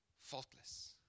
faultless